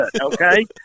okay